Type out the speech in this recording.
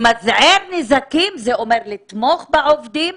למזער נזקים זה אומר לתמוך בעובדים,